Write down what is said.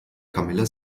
camilla